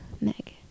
meg